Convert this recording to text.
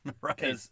Right